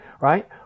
right